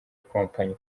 ikompanyi